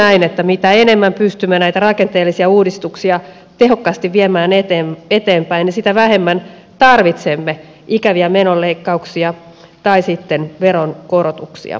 tämähän on näin että mitä enemmän pystymme näitä rakenteellisia uudistuksia tehokkaasti viemään eteenpäin niin sitä vähemmän tarvitsemme ikäviä menoleikkauksia tai sitten veronkorotuksia